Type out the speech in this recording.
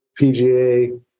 PGA